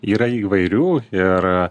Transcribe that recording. yra įvairių ir